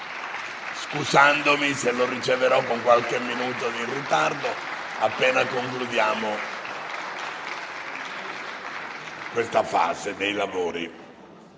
scusandomi se lo riceverò con qualche minuto di ritardo, appena concludiamo questa fase dei lavori.